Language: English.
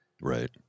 Right